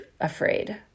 afraid